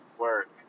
work